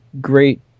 great